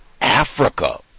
Africa